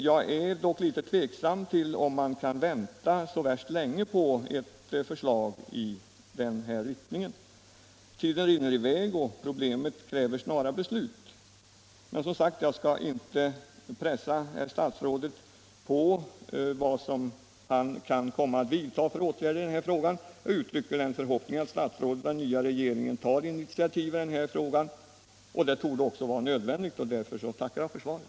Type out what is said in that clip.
Jag tvivlar dock på att man kan vänta så värst länge på ett förslag i den riktningen. Tiden rinner i väg, och problemet kräver snara beslut. Jag skall emellertid som sagt inte pressa herr statsrådet på ett besked om vilka åtgärder han kan komma att vidta, men jag uttrycker den förhoppningen att herr statsrådet och den nya regeringen tar initiativ för att åstadkomma en lösning. Därmed tackar jag än en gång för svaret.